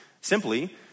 simply